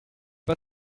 pas